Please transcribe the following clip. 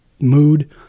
mood